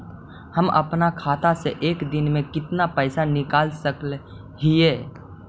हम अपन खाता से एक दिन में कितना पैसा निकाल सक हिय?